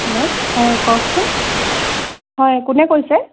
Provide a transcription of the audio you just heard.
hello হয় কওকচোন হয় কোনে কৈছে